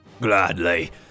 Gladly